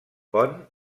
pont